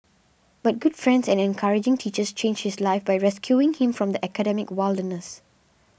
but good friends and encouraging teachers changed his life by rescuing him from the academic wilderness